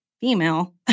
female